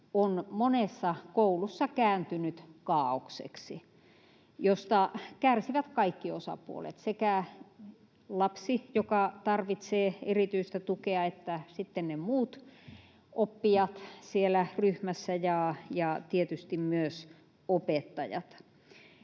on monessa koulussa kääntynyt kaaokseksi, josta kärsivät kaikki osapuolet, sekä lapsi, joka tarvitsee erityistä tukea, että sitten muut oppijat siellä ryhmässä ja tietysti myös opettajat.